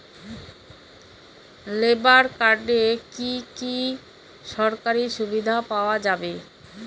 Labour কার্ডে কি কি সরকারি সুবিধা পাওয়া যাবে?